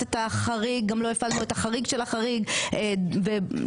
את ההודעה צריך להוציא עד 07:00, אם ב-10:00.